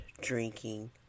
drinking